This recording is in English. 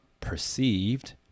perceived